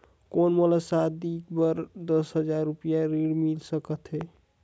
कौन मोला शादी बर दस हजार रुपिया ऋण मिल सकत है?